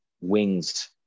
wings